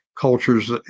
cultures